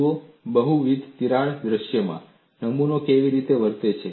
અને જુઓ બહુવિધ તિરાડ દૃશ્યમાં નમૂનો કેવી રીતે વર્તે છે